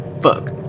Fuck